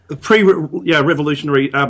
Pre-revolutionary